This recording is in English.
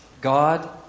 God